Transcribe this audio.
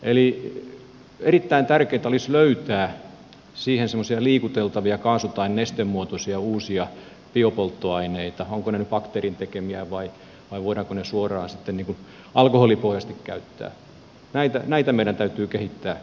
eli erittäin tärkeätä olisi löytää siihen semmoisia liikuteltavia kaasu tai nestemuotoisia uusia biopolttoaineita ovatko ne nyt bakteerin tekemiä vai voidaanko ne suoraan sitten alkoholipohjaisesti käyttää näitä meidän täytyy kehittää